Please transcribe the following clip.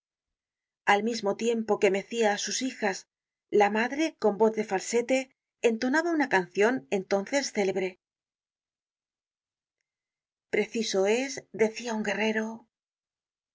al mismo tiempo que mecia á sus hijas la madre con voz de falsete entonaba una cancion entonces célebre preciso es decia un guerrero